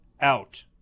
out